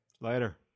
Later